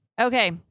Okay